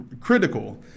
critical